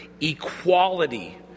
equality